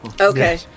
Okay